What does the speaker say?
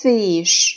Fish